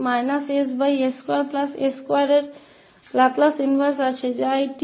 इसी तरह दूसरे मामले के लिए हमारे पास इस ss2a2का विलोम है जो कि 𝑡 cos 𝑡 है